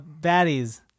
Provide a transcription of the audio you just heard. baddies